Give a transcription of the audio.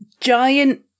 giant